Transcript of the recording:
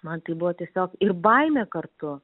man tai buvo tiesiog ir baimė kartu